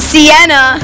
Sienna